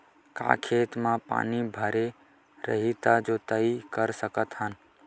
का खेत म पानी भरे रही त जोताई कर सकत हन?